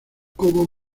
como